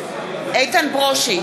איתן ברושי,